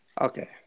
Okay